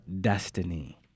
destiny